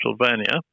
Pennsylvania